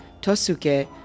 Tosuke